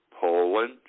Poland